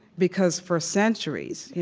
because for centuries, yeah